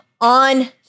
on